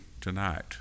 tonight